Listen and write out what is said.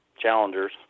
challengers